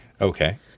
Okay